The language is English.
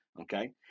okay